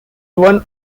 one